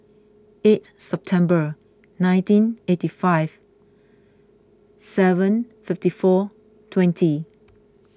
eighth September nineteen eighty five seven fifty four twenty